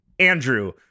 Andrew